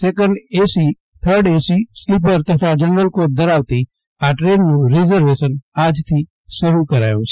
second AC third AC sleeper તથા general કોય ધરાવતી આ ટ્રેનનું રિઝર્વેશન આજથી શરૂ કરાયુ છે